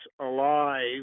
alive